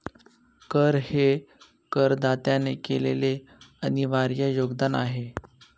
कर हे करदात्याने केलेले अनिर्वाय योगदान आहे